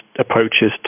approaches